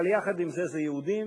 אבל יחד עם זה, זה יהודים.